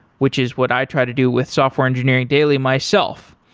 which is what i try to do with software engineering daily myself,